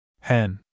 Hen